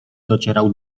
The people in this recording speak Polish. docierał